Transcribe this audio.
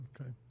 okay